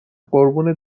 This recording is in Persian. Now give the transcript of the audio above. قربون